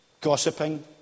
Gossiping